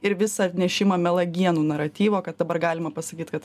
ir visą nešimą melagienų naratyvo kad dabar galima pasakyt kad